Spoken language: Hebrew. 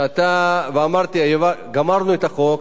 אמרתי: גמרנו את החוק,